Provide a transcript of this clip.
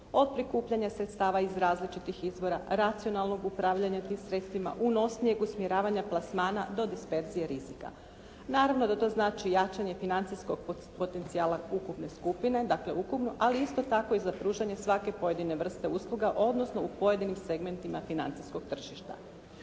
Od prikupljanja sredstava u različitih izvora, racionalnog upravljanja tim sredstvima, unosnijeg usmjeravanja plasmana do disperzije rizika. Naravno da to znači jačanje financijskog potencijala ukupne skupine, dakle ukupno, ali isto tako i za pružanje svake pojedine vrste usluga, odnosno u pojedinim segmentima financijskog tržišta.